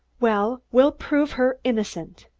well, we'll prove her innocent.